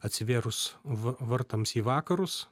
atsivėrus v vartams į vakarus